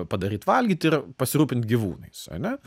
padaryt valgyt ir pasirūpint gyvūnais ane